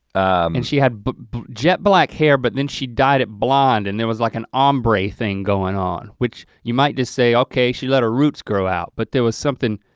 and she had jet black hair, but then she died it blonde, and there was like an ombre thing going on, which you might just say, okay, she let her roots grow out, but there was something.